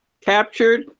captured